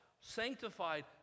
sanctified